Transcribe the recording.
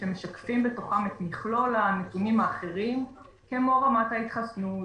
הם משקפים בתוכם את מכלול הנתונים האחרים כמו רמת ההתחסנות,